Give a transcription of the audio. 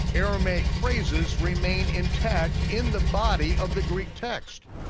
aramaic phrases remain intact in the body of the greek text.